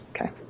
Okay